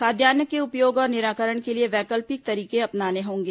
खाद्यान्न के उपयोग और निराकरण के लिए वैकल्पिक तरीके अपनाने होंगे